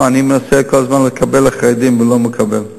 אני מנסה כל הזמן לקבל לחרדים ולא מקבל,